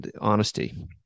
honesty